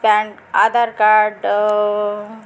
pan Aadhaar card